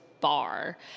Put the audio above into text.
bar